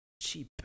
cheap